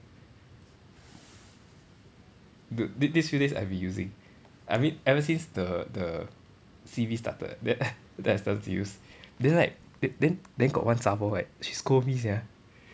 dude this few days I've been using I mean ever since the the C_B started then then I started to use then right then then then got one zha bor right she scold me sia